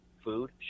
Food